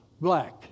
black